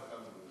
רווחה ובריאות.